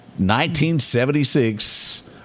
1976